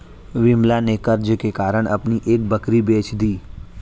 विमला ने कर्ज के कारण अपनी एक बकरी बेच दी